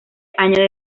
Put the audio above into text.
año